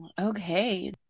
Okay